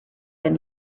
been